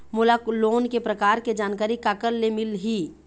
मोला लोन के प्रकार के जानकारी काकर ले मिल ही?